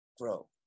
grow